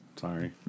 Sorry